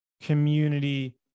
community